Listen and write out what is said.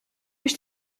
biex